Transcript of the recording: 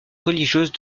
religieuse